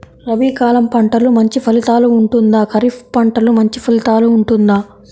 రబీ కాలం పంటలు మంచి ఫలితాలు ఉంటుందా? ఖరీఫ్ పంటలు మంచి ఫలితాలు ఉంటుందా?